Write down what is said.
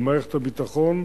על מערכת הביטחון,